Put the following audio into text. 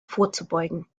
vorzubeugen